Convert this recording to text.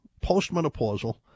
postmenopausal